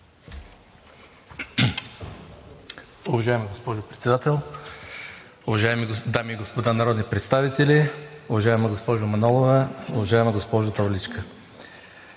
Уважаема госпожо Председател, уважаеми дами и господа народни представители! Уважаема госпожо Манолова, уважаема госпожо Таваличка,